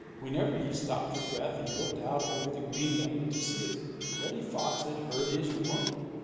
whenever he stopped for breath, he looked out over the green meadows to see if reddy fox had heard his warning.